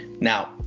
now